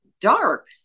dark